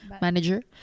manager